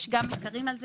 ישנם מחקרים על זה,